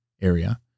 area